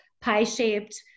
pie-shaped